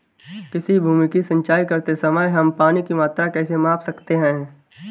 किसी भूमि की सिंचाई करते समय हम पानी की मात्रा कैसे माप सकते हैं?